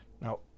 Now